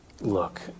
Look